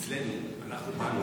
אצלנו, אנחנו באנו